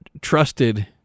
trusted